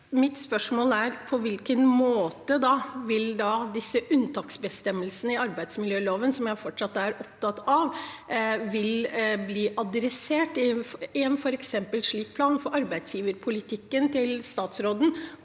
Mitt spørsmål er på hvilken måte disse unntaksbestemmelsene i arbeidsmiljøloven, som jeg fortsatt er opptatt av, vil bli adressert i en slik plan? For arbeidsgiverpolitikken til statsråden